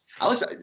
Alex –